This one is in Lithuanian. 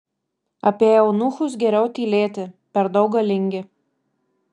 apie eunuchus geriau tylėti per daug galingi